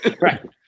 right